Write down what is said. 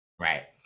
Right